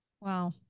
Wow